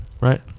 Right